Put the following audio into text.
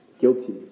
guilty